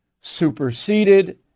superseded